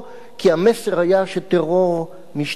כי המסר היה שטרור משתלם.